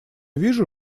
вижу